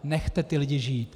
Nechte ty lidi žít.